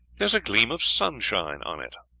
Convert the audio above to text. there's a gleam of sunshine on it,